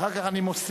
אחר כך אני מוסיף.